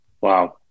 Wow